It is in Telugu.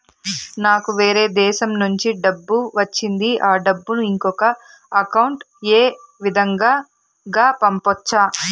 నాకు వేరే దేశము నుంచి డబ్బు వచ్చింది ఆ డబ్బును ఇంకొక అకౌంట్ ఏ విధంగా గ పంపొచ్చా?